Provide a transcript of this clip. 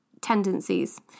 tendencies